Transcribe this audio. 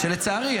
ולצערי,